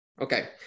Okay